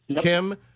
Kim